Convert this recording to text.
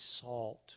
salt